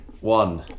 one